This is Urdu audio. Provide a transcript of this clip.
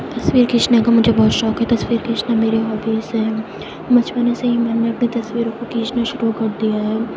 تصویر کھینچنے کا مجھے بہت شوق ہے تصویر کھینچنا میری ہوبیز ہے بچپن ہی سے میں نے اپنے تصویروں کو کھینچنا شروع کر دیا ہے